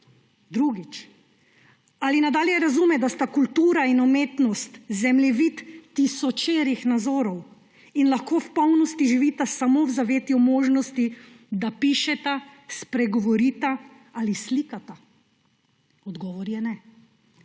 Drugič. Ali nadalje razume, da sta kultura in umetnost zemljevid tisočerih nazorov in lahko v polnosti živita samo v zavetju možnosti, da pišeta, spregovorita ali slikata. Odgovor je: ne.